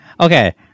Okay